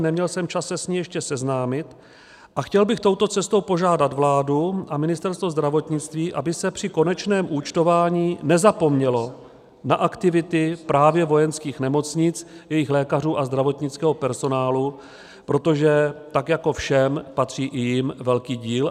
Neměl jsem čas se s ní ještě seznámit a chtěl bych touto cestou požádat vládu a Ministerstvo zdravotnictví, aby se při konečném účtování nezapomnělo na aktivity právě vojenských nemocnic, jejich lékařů a zdravotnického personálu, protože tak jako všem, patří i jim velký dík.